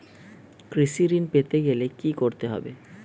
কৃষি ঋণ পেতে গেলে কি করতে হবে?